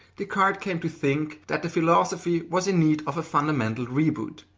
descartes came to think that the philosophy was in need of a fundamental reboot,